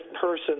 person